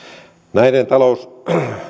näiden